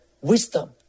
wisdom